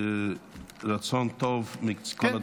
רצון טוב מכל הצדדים.